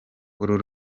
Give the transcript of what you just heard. uru